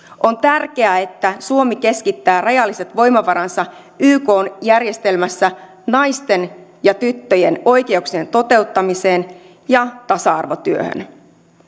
on tärkeää että suomi keskittää rajalliset voimavaransa ykn järjestelmässä naisten ja tyttöjen oikeuksien toteuttamiseen ja tasa arvotyöhön